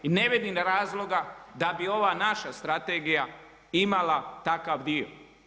I ne vidim razloga da bi ova naša strategija imala takav dio.